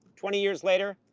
twenty years later,